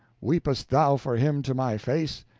weepest thou for him to my face?